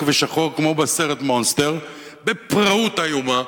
ושחור כמו בסרט "מונסטר" בפראות איומה,